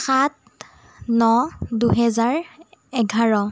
সাত ন দুহেজাৰ এঘাৰ